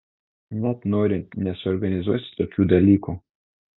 net norint nesuorganizuosi tokių dalykų